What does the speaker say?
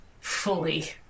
fully